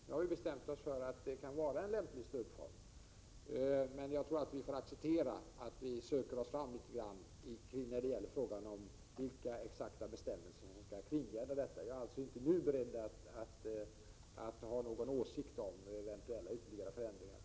Nu har vi bestämt oss för att det kan vara en lämplig stödform, men jag tror att man får acceptera att vi i viss utsträckning söker oss fram när det gäller exakt vilka bestämmelser som den skall kringgärdas med. Jag är alltså inte nu beredd att ha någon åsikt om eventuella ytterligare förändringar.